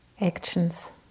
actions